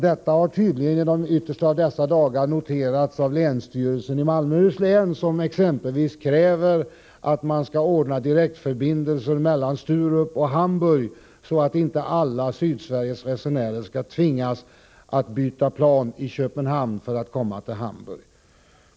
Detta har tydligen i de yttersta av dessa dagar noterats av länsstyrelsen i Malmöhus län, som kräver att man skall ordna direktförbindelse mellan Sturup och Hamburg, så att inte Sydsveriges resenärer skall tvingas byta plan i Köpenhamn för att komma till Hamburg.